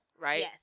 right